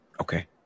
Okay